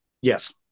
Yes